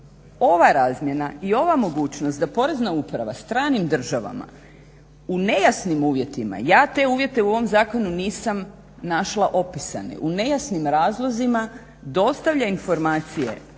Ova razmjena i ova mogućnost da Porezna uprava stranim državama u nejasnim uvjetima, ja te uvjete u ovom zakonu nisam našla opisane, u nejasnim razlozima dostavlja informacije